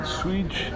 switch